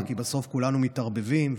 כי בסוף כולנו מתערבבים,